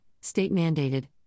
state-mandated